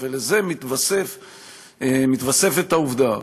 על זה מתווספת העובדה